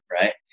right